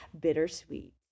bittersweet